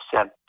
sent